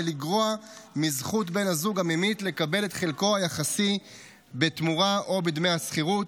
לגרוע מזכות בן הזוג הממית לקבל את חלקו היחסי בתמורה או בדמי השכירות.